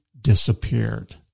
disappeared